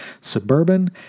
suburban